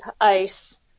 ICE